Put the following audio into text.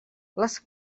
les